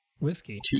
whiskey